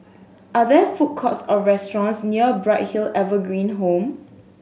are there food courts or restaurants near Bright Hill Evergreen Home